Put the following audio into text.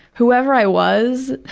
whoever i was,